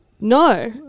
No